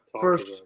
First